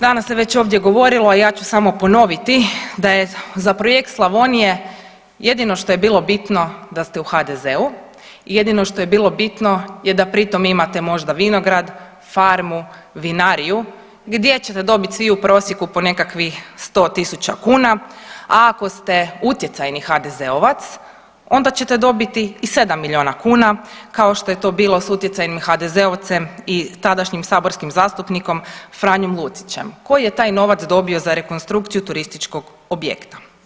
Danas se već ovdje govorilo, a ja ću samo ponoviti da je za projekt Slavonije jedino što je bilo bitno da ste u HDZ-u i jedino što je bilo bitno je da pri tom imate možda vinograd, farmu, vinariju gdje ćete dobit svi u prosjeku po nekakvih 100.000 kuna, a ako ste utjecajni HDZ-ovac onda ćete dobiti i 7 milijuna kuna kao što je to bilo s utjecajnim HDZ-ovcem i tadašnjim saborskim zastupnikom Franjom Lucićem koji je taj novac dobio za rekonstrukciju turističkog objekta.